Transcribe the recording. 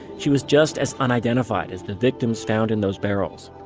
she was just as unidentified as the victims found in those barrels